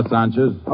Sanchez